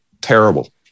terrible